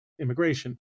immigration